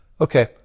Okay